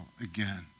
again